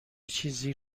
چیزی